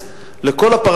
בדברים שהם הכי